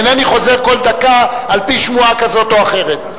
אינני חוזר כל דקה על-פי שמועה כזאת או אחרת.